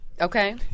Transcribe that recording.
Okay